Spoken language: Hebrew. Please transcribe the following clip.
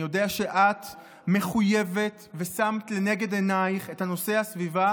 אני יודע שאת מחויבת ושמת לנגד עינייך את נושא הסביבה